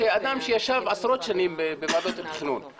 כאדם שישב עשרות שנים בוועדות התכנון,